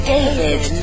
David